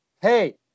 hey